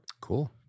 Cool